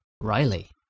Riley